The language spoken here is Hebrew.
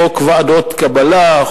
חוק ועדות קבלה,